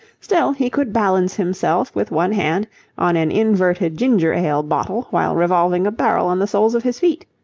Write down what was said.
still, he could balance himself with one hand on an inverted ginger-ale bottle while revolving a barrel on the soles of his feet.